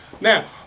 Now